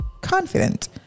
confident